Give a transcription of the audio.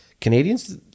Canadians